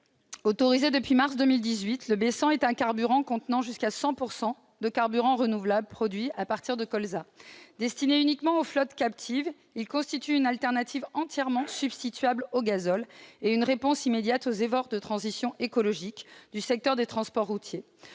Autorisé depuis mars 2018, le B100 est un carburant contenant jusqu'à 100 % de carburant renouvelable produit à partir de colza. Destiné uniquement aux flottes captives, il constitue une alternative entièrement substituable au gazole et une réponse immédiate aux efforts du secteur des transports routiers